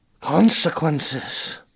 consequences